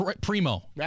Primo